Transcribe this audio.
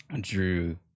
drew